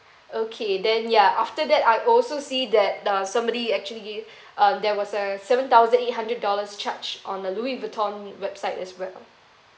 okay then ya after that I also see that the somebody actually uh there was a seven thousand eight hundred dollars charge on the louis vuitton website as well